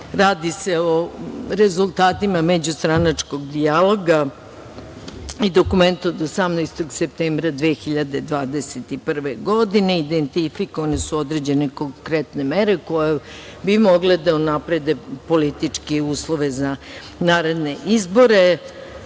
Radi se o rezultatima međustranačkog dijaloga i dokument od 18. septembra 2021. godine. Identifikovane su određene konkretne mere koje bi mogle da unaprede političke uslove za naredne